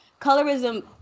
colorism